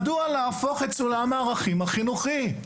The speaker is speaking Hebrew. מדוע להפוך את סולם הערכים החינוכי?